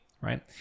right